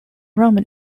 roman